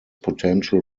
potential